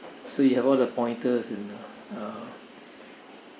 so you have all the pointers and uh